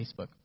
Facebook